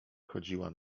chodziła